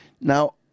Now